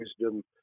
wisdom